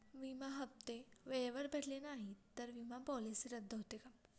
विमा हप्ते वेळेवर भरले नाहीत, तर विमा पॉलिसी रद्द होते का?